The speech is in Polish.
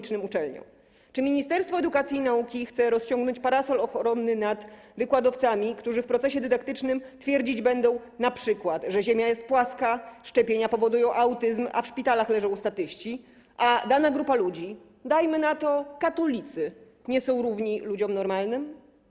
Czy ministerstwo edukacji i nauki chce rozciągnąć parasol ochronny nad wykładowcami, którzy w procesie dydaktycznym twierdzić będą np., że ziemia jest płaska, szczepienia powodują autyzm, w szpitalach leżą statyści, a dana grupa ludzi, dajmy na to, katolicy, nie jest równa ludziom normalnym?